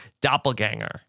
doppelganger